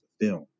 film